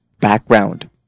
background